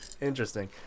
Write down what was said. Interesting